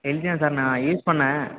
LG தான் sir நான் use பண்ணேன்